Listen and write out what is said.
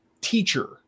teacher